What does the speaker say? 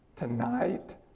Tonight